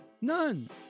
None